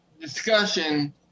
discussion